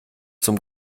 zum